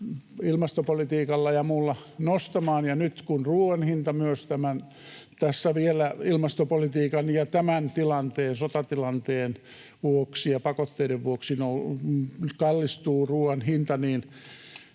ilmastopolitiikalla ja muulla nostamaan, ja nyt kun ruoan hinta myös tässä vielä ilmastopolitiikan ja tämän tilanteen, sotatilanteen, vuoksi ja pakotteiden vuoksi kallistuu, niin